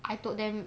I told them